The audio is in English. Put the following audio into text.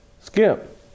Skip